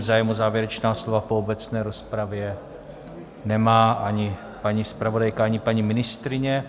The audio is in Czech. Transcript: Zájem o závěrečná slova po obecné rozpravě nemá ani paní zpravodajka ani paní ministryně.